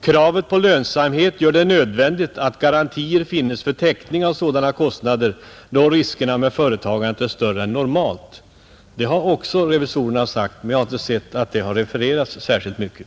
Kravet på lönsamhet gör det nödvändigt att garantier finnes för täckning av sådana kostnader då riskerna med företagandet är större än normalt.” Detta har revisorerna också anfört, men jag har inte sett att det har refererats särskilt mycket.